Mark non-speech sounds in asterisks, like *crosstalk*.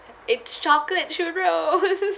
it's chocolate churros *laughs*